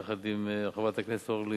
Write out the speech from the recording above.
יחד עם חברת הכנסת אורלי